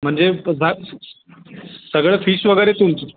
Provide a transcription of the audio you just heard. म्हणजे तर जा सगळं फिश वगैरे तुमचं